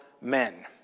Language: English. men